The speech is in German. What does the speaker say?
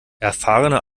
erfahrene